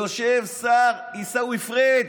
יושב השר עיסאווי פריג'